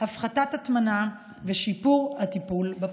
הפחתת ההטמנה ושיפור הטיפול בפסולת.